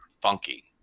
funky